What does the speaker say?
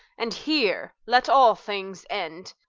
and here let all things end,